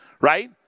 right